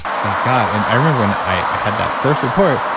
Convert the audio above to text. thank god and i remember when i had that first report,